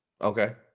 Okay